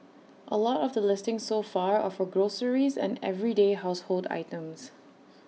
A lot of the listings so far are for groceries and everyday household items